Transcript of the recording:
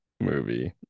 movie